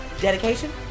Dedication